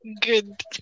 good